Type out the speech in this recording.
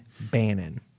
Bannon